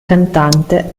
cantante